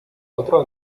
otro